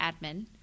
admin